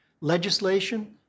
Legislation